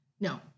No